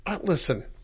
Listen